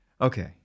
Okay